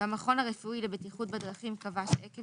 והמכון הרפואי לבטיחות בדרכים קבע שעקב